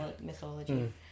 mythology